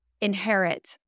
inherit